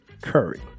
Curry